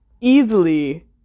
easily